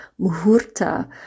Muhurta